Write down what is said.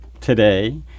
today